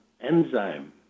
Enzyme